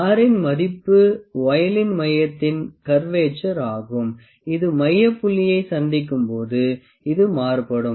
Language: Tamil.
R இன் மதிப்பு வொயிலன் மையத்தின் கர்வெட்சர் ஆகும் இது மைய புள்ளியை சந்திக்கும் போது இது மாறுபடும்